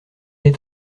est